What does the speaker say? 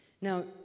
Now